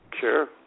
Sure